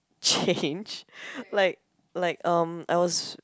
change like like (um)I was